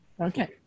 okay